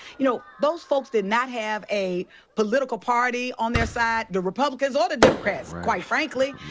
you know, those folks did not have a political party on their side, the republicans or the democrats, quite frankly.